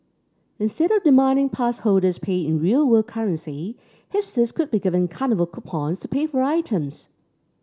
instead of demanding pass holders pay in real world currency hipsters could be given carnival coupons to pay for items